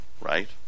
right